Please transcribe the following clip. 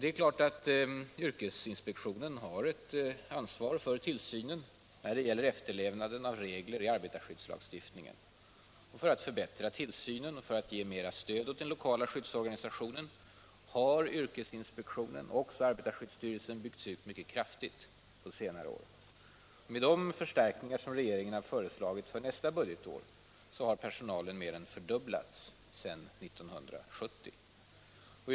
Det är klart att yrkesinspektionen har ett ansvar för tillsynen i fråga om efterlevnaden av regler i arbetarskyddslagstiftningen. För att man skall kunna förbättra tillsynen och ge mer stöd åt den lokala skyddsorganisationen har yrkesinspektionen och arbetarskyddsstyrelsen byggts ut mycket kraftigt på senare år. Med de förstärkningar som regeringen har föreslagit för nästa budgetår har personalen mer än fördubblats sedan 1976.